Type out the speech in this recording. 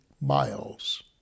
miles